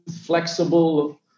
flexible